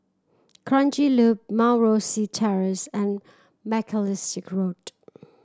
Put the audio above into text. Kranji Loop Mount Rosie Terrace and Macalister Road